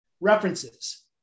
references